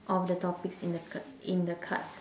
of the topics in the card in the cards